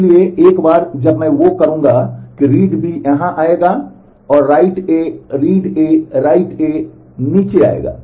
इसलिए एक बार जब मैं वो करूँगा कि read B यहां आएगा और write नीचे आएगा